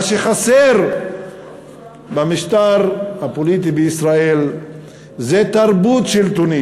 מה שחסר במשטר הפוליטי בישראל זה תרבות שלטונית,